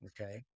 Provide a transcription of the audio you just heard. okay